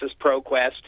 ProQuest